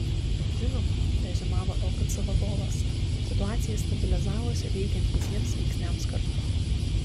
žinoma reziumavo lkc vadovas situacija stabilizavosi veikiant visiems veiksniams kartu